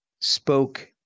spoke